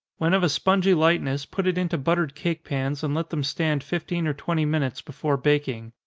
when of a spongy lightness, put it into buttered cake pans, and let them stand fifteen or twenty minutes before baking.